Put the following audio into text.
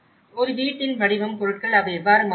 ஒரு வீட்டின் வடிவம் பொருட்கள் அவை எவ்வாறு மாறிவிட்டன